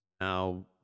Now